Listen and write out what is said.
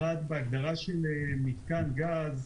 יש הגדרה ל"מתקן גז"